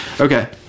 okay